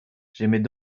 j’émets